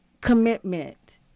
Commitment